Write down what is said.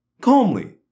calmly